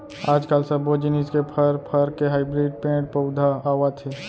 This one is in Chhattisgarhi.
आजकाल सब्बो जिनिस के फर, फर के हाइब्रिड पेड़ पउधा आवत हे